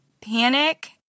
panic